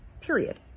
Period